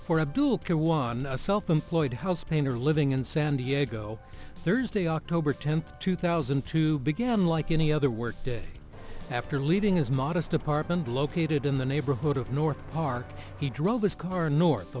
for a self employed house painter living in san diego thursday october tenth two thousand and two began like any other work day after leaving his modest apartment blockaded in the neighborhood of north park he drove his car north